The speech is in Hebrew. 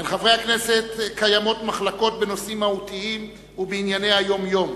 בין חברי הכנסת קיימות מחלוקות בנושאים מהותיים ובענייני היום-יום,